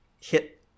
hit